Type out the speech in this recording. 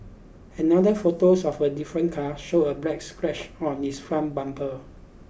another photos of a different car showed a black scratch on its front bumper